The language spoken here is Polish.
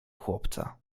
chłopca